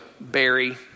Barry